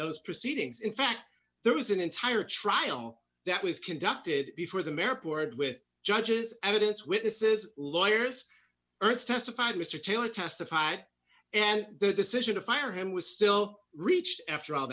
those proceedings in fact there was an entire trial that was conducted before the mare board with judges evidence witnesses lawyers ertz testified mr taylor testified and the decision to fire him was still reached after all